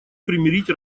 примирить